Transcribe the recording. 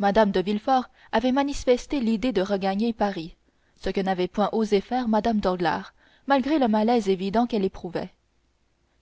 mme de villefort avait manifesté le désir de regagner paris ce que n'avait point osé faire mme danglars malgré le malaise évident qu'elle éprouvait